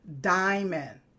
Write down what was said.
DIAMOND